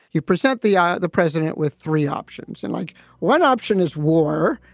you present the ah the president with three options. and like one option is war.